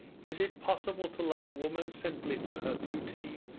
is it possible to love a woman simply for her beauty,